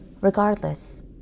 Regardless